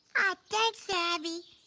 ah thanks abby.